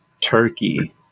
Turkey